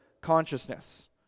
consciousness